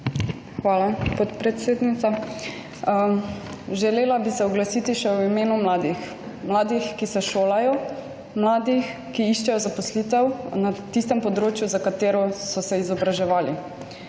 Hvala, podpredsednica. Želela bi se oglasiti še v imenu mladih. Mladih, ki se šolajo, mladih, ki iščejo zaposlitev na tistem področju, za katero so se izobraževali.